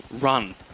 run